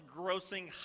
grossing